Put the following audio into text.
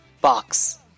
box